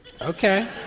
Okay